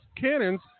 cannons